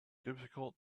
difficult